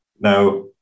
Now